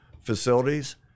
facilities